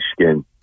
skin